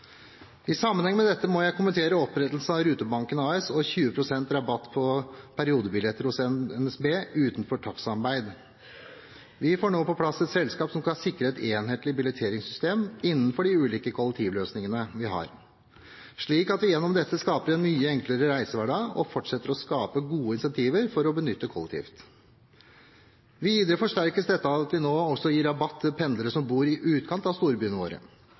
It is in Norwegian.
I sammenheng med dette må jeg kommentere opprettelsen av Rutebanken AS og 20 pst. rabatt på periodebilletter hos NSB utenfor takstsamarbeid. Vi får nå på plass et selskap som skal sikre et enhetlig billetteringssystem innenfor de ulike kollektivløsningene vi har, slik at vi gjennom dette skaper en mye enklere reisehverdag og fortsetter å skape gode incentiver for å benytte kollektivt. Videre forsterkes dette av at vi nå også gir rabatt til pendlere som bor i utkanten av storbyene våre.